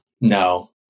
no